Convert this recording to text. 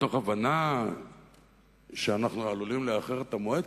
מתוך הבנה שאנחנו עלולים לאחר את המועד.